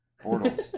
Portals